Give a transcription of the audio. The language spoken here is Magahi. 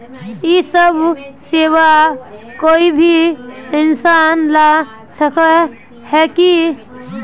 इ सब सेवा कोई भी इंसान ला सके है की?